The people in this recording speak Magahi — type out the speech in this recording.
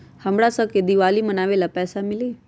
हमरा शव के दिवाली मनावेला पैसा मिली?